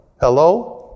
Hello